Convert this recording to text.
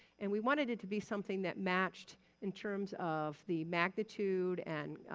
and we wanted it to be something that matched in terms of the magnitude and